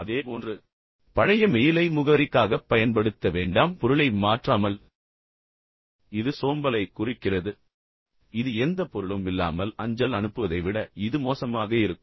அதேபோன்று பழைய மெயிலை முகவரிக்காகப் பயன்படுத்த வேண்டாம்பொருளை மாற்றாமல் இது சோம்பலை குறிக்கிறது இது எந்தப் பொருளும் இல்லாமல் அஞ்சல் அனுப்புவதை விட இது மோசமாக இருக்கும்